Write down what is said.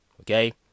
Okay